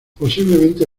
posiblemente